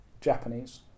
Japanese